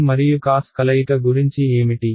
sign మరియు cos కలయిక గురించి ఏమిటి